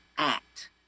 act